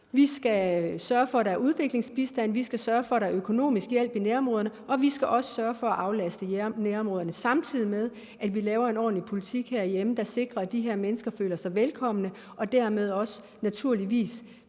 Vi skal sørge for, at der er udviklingsbistand. Vi skal sørge for, at der er økonomisk hjælp i nærområderne. Og vi skal også sørge for at aflaste nærområderne – samtidig med at vi har en ordentlig politik herhjemme, der sikrer, at de her mennesker føler sig velkomne og dermed også naturligvis